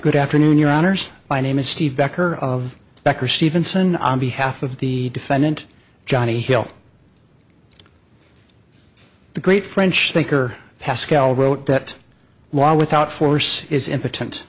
good afternoon your honour's my name is steve becker of becker stevenson on behalf of the defendant johnny hill the great french thinker pascal wrote that law without force is impotent